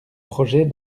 projets